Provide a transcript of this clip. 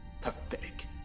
Pathetic